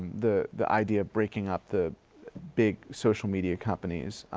the the idea of breaking up the big social media companies,